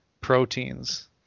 proteins